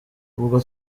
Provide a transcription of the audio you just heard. ubwo